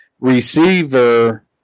receiver